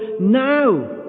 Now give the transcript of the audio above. now